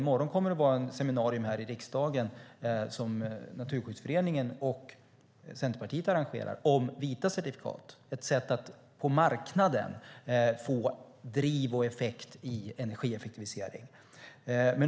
I morgon kommer det att vara ett seminarium här i riksdagen som Naturskyddsföreningen och Centerpartiet arrangerar om vita certifikat. Det är ett sätt att på marknaden få driv och effekt i energieffektivisering.